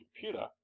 computer